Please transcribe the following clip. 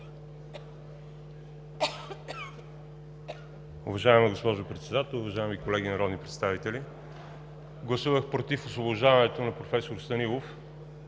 Уважаема госпожо Председател, уважаеми колеги народни представители! Гласувах против освобождаването на професор Станилов,